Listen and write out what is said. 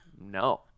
No